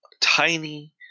Tiny